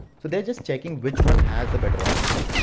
so their just checking which one has the better option.